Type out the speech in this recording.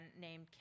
named